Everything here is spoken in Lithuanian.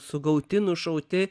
sugauti nušauti